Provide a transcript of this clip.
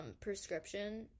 prescription